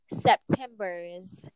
Septembers